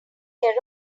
care